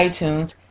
iTunes